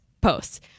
posts